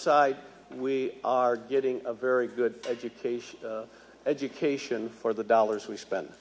side we are getting a very good education education for the dollars we spen